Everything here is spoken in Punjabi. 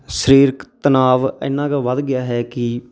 ਸਰੀਰਕ ਤਨਾਵ ਇੰਨਾਂ ਕੁ ਵੱਧ ਗਿਆ ਹੈ ਕਿ